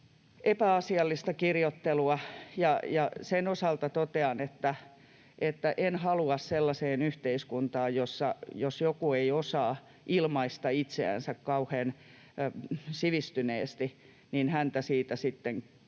epäasiallista kirjoittelua. Ja sen osalta totean, että en halua sellaiseen yhteiskuntaan, jossa siitä, jos joku ei osaa ilmaista itseänsä kauhean sivistyneesti, sitten kylläkin